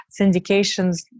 syndications